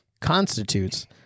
constitutes